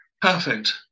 perfect